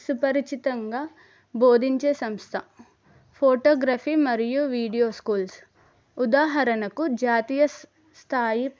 సుపరిచితంగా బోధించే సంస్థ ఫోటోగ్రఫీ మరియు వీడియో స్కూల్స్ ఉదాహరణకు జాతీయ స్థాయి